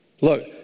Look